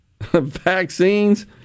vaccines